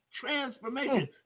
transformation